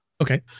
Okay